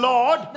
Lord